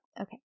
okay